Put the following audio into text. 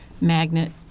magnet